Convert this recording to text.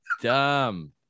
dumb